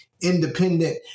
independent